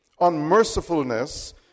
Unmercifulness